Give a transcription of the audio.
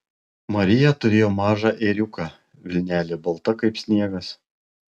marija turėjo mažą ėriuką vilnelė balta kaip sniegas